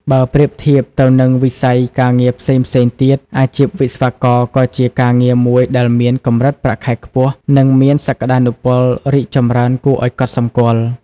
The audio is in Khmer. បើប្រៀបធៀបទៅនឹងវិស័យការងារផ្សេងៗទៀត អាជីពវិស្វករក៏ជាការងារមួយដែលមាន កម្រិតប្រាក់ខែខ្ពស់ និងមានសក្ដានុពលរីកចម្រើនគួរឱ្យកត់សម្គាល់។